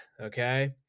okay